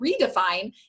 redefine